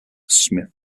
smith